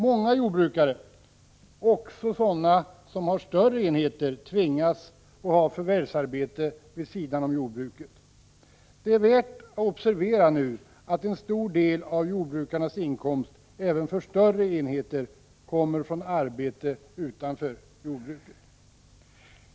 Många jordbrukare — också sådana som har större enheter — tvingas att ha förvärvsarbete vid sidan av jordbruket. Det är värt att observera att en stor del av jordbrukarnas inkomster även för större enheter kommer från arbete utanför jordbruket.